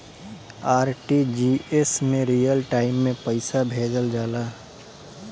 RTGS में real time में पइसा भेजल जाला